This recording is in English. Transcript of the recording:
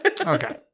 Okay